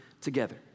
together